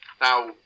Now